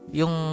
yung